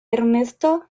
ernesto